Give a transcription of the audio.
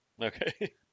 Okay